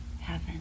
Heaven